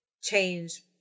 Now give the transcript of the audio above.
change